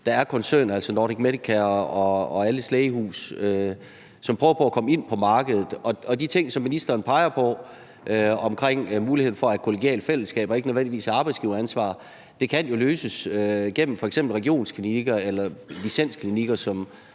der er koncerner, altså Nordic Medicare og alles Lægehus, som prøver på at komme ind på markedet. Og de ting, som ministeren peger på omkring muligheden for, at kollegiale fællesskaber ikke nødvendigvis er arbejdsgiveransvar, kan jo løses gennem f.eks. regionsklinikker eller licensklinikker,